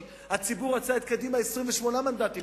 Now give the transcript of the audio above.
כי הציבור רצה את קדימה עם 28 מנדטים,